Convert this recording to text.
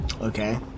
Okay